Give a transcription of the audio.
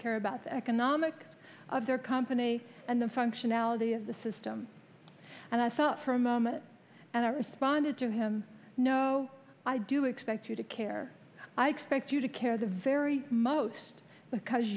care about the economic of their company and the functionality of the system and i thought for a moment and i responded to him no i do expect you to care i expect you to care the very most because